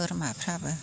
बोरमाफ्राबो